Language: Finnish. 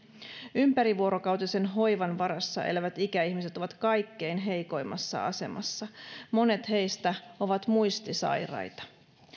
ympärivuorokautisen hoivan varassa elävät ikäihmiset ovat kaikkein heikoimmassa asemassa monet heistä ovat muistisairaita